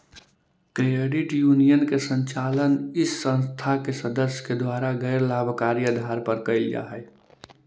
credit union के संचालन इस संस्था के सदस्य के द्वारा गैर लाभकारी आधार पर कैल जा हइ